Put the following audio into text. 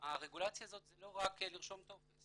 הרגולציה הזאת זה לא רק לרשום טופס.